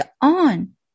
on